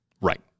Right